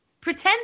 pretend